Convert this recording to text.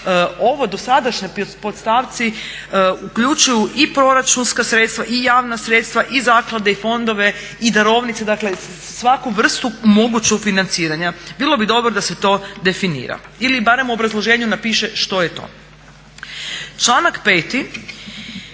ovi dosadašnji podstavci uključuju i proračunska sredstva, i javna sredstva, i zaklade, i fondove, i darovnice dakle svaku vrstu mogućeg financiranja. Bilo bi dobro da se to definira ili barem u obrazloženju napiše što je to. Članak